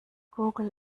google